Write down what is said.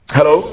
Hello